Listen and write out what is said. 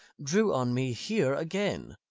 drew on me here again.